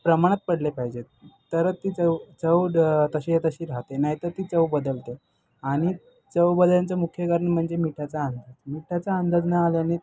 प्रमाणात पडले पाहिजेत तरच ती चव चव तशीच्या तशी राहते नाहीतर ती चव बदलते आणि चव बदलायचं मुख्य कारण म्हणजे मिठाचा अंदाज मिठाचा अंदाज नाही आल्यानी